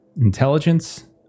intelligence